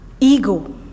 ego